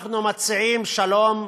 אנחנו מציעים שלום,